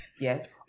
yes